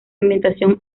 ambientación